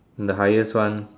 the highest one